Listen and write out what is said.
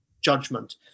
judgment